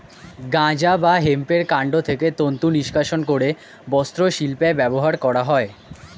গাঁজা বা হেম্পের কান্ড থেকে তন্তু নিষ্কাশণ করে বস্ত্রশিল্পে ব্যবহার করা হয়